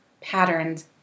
patterns